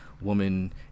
woman